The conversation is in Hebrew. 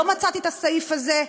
לא מצאתי את הסעיף הזה,